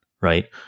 right